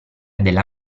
della